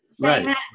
right